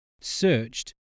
searched